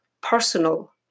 personal